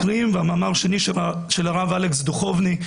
קרים והמאמר השני הוא של הרב אלכס דוכובני,